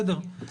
בסדר.